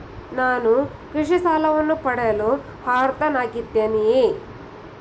ನಾನು ಕೃಷಿ ಸಾಲವನ್ನು ಪಡೆಯಲು ಅರ್ಹನಾಗಿದ್ದೇನೆಯೇ?